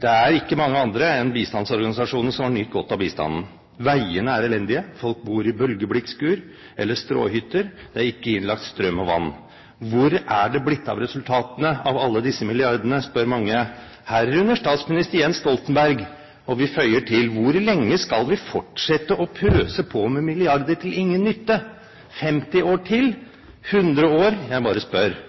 Det er ikke mange andre enn bistandsorganisasjonene som har nytt godt av bistanden. Veiene er elendige, folk bor i bølgeblikkskur eller stråhytter, det er ikke innlagt strøm og vann. Hvor er det blitt av resultatene av alle disse milliardene, spør mange, herunder statsminister Jens Stoltenberg. Og vi føyer til: Hvor lenge skal vi fortsette å pøse på med milliarder til ingen nytte? 50 år til, 100 år? Jeg bare spør.